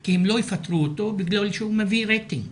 כי הם לא יפטרו אותו בגלל שהוא מביא רייטינג.